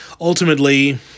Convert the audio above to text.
ultimately